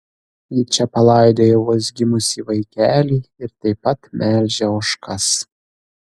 ji čia palaidojo vos gimusį vaikelį ir taip pat melžia ožkas